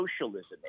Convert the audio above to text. socialism